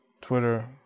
Twitter